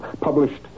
published